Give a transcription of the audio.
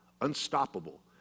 unstoppable